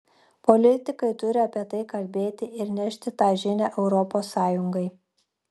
politikai turi apie tai kalbėti ir nešti tą žinią europos sąjungai